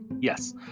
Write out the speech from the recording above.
Yes